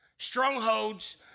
Strongholds